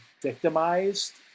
victimized